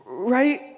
Right